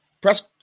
press